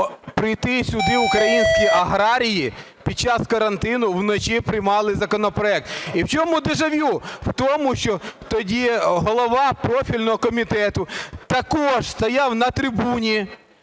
прийти сюди українські аграрії, під час карантину, вночі приймали законопроект. І в чому дежавю? В тому, що тоді голова профільного комітету також стояв на трибуні,